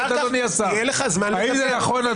האם זה נכון,